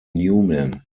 newman